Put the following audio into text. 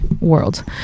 world